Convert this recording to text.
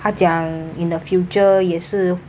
他讲 in the future 也是